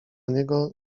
niego